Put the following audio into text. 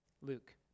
Luke